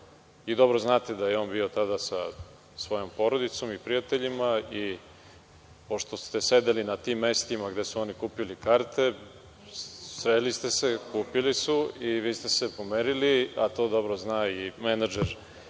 i dobro znate da je on bio tada sa svojom porodicom i prijateljima, pošto ste sedeli na tim mestima gde su oni kupili karte, sreli ste se, kupili su, i vi ste se pomerili, a to dobro zna i menadžer